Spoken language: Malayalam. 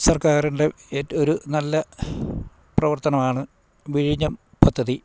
സർക്കാരിൻ്റെ ഒരു നല്ല പ്രവർത്തനമാണ് വിഴിഞ്ഞം പദ്ധതി